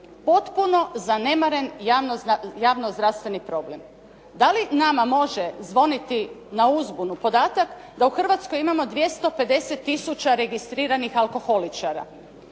potpuno zanemaren javno-zdravstveni problem. Da li nama može zvoniti na uzbunu podatak da u Hrvatskoj imamo 250 tisuća registriranih alkoholičara